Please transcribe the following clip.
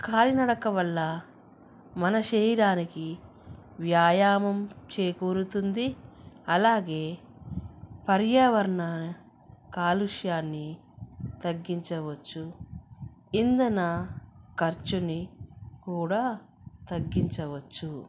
కాలి నడక వల్ల మన శరీరానికి వ్యాయామం చేకూరుతుంది అలాగే పర్యావరణ కాలుష్యాన్ని తగ్గించవచ్చు ఇంధన ఖర్చుని కూడా తగ్గించవచ్చు